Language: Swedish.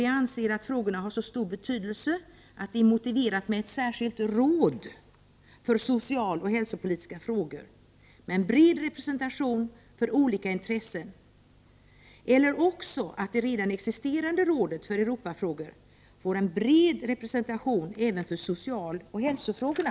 Vi anser att frågan är så betydelsefull att det är motiverat med ett särskilt råd för socialoch hälsopolitiska frågor med en bred representation för olika intressen eller att det redan existerande rådet för Europafrågor får en bred representation även för de socialoch hälsopolitiska frågorna.